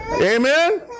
Amen